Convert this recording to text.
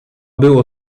było